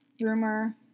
rumor